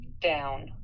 down